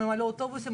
הם ימלאו אוטובוסים,